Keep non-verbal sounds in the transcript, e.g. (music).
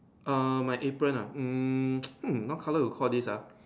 err my apron ah um (noise) hmm what colour you called this ah